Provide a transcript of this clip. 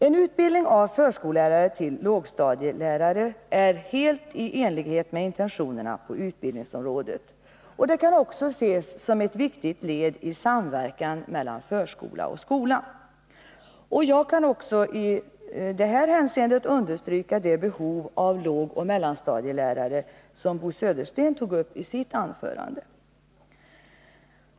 En utbildning av förskollärare till lågstadielärare ligger helt i linje med intentionerna på utbildningsområdet och kan ses som ett viktigt led i samverkan mellan förskola och skola. Jag kan också understryka det behov av lågoch mellanstadielärare som Bo Södersten tog upp i sitt anförande.